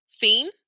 theme